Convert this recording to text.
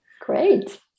Great